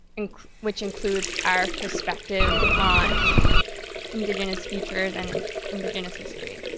which includes our perspectives on indigenous futures and indigenous history.